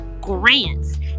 grants